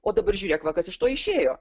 o dabar žiūrėk va kas iš to išėjo